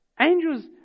Angels